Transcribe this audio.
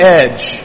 edge